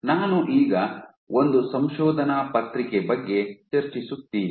ನಾನು ಈಗ ಒಂದು ಸಂಶೋಧನಾ ಪತ್ರಿಕೆ ಬಗ್ಗೆ ಚರ್ಚಿಸುತ್ತೀನಿ